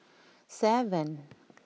seven